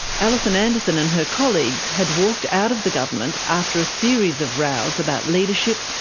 alison anderson and her colleagues had walked out of the government after a series of rows about leadership,